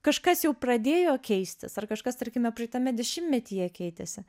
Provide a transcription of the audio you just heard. kažkas jau pradėjo keistis ar kažkas tarkime praeitame dešimtmetyje keitėsi